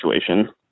situation